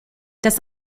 das